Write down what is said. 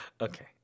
Okay